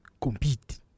compete